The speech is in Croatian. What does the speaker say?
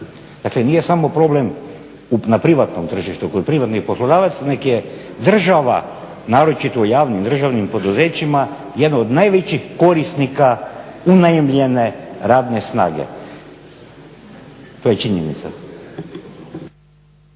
Dakle, nije samo problem na privatnom tržištu, kod privatnih poslodavaca, nego je država, naročito u javnim državnim poduzećima jedna od najvećih korisnika unajmljene radne snage. To je činjenica.